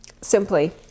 Simply